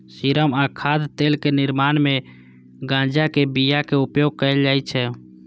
serum आ खाद्य तेलक निर्माण मे गांजाक बिया के उपयोग कैल जाइ छै